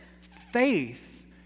faith